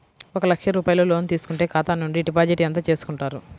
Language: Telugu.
ఒక లక్ష రూపాయలు లోన్ తీసుకుంటే ఖాతా నుండి డిపాజిట్ ఎంత చేసుకుంటారు?